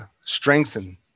strengthen